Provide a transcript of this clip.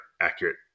accurate